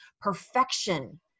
perfection